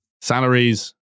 Salaries